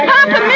Papa